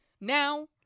now